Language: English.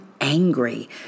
angry